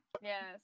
Yes